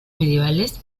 medievales